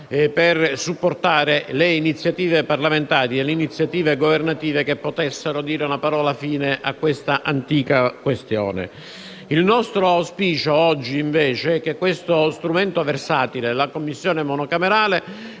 a supportare alcuna iniziativa parlamentare o governativa che potesse mettere la parola fine a questa antica questione. Il nostro auspicio oggi, invece, è che lo strumento versatile della Commissione monocamerale